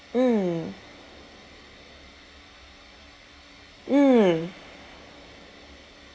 mm mm